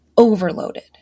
Overloaded